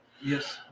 yes